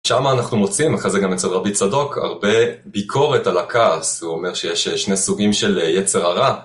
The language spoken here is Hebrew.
שמה אנחנו מוצאים, אחרי זה גם אצל רבי צדוק, הרבה ביקורת על הכעס, הוא אומר שיש שני סוגים של יצר הרע.